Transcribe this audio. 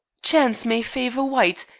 chance may favor white,